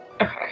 Okay